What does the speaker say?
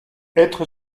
être